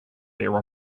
their